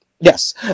Yes